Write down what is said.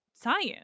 science